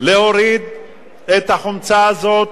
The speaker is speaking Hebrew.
להוריד את החומצה הזאת,